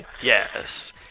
Yes